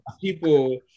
people